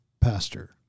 pastor